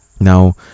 now